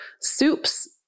soups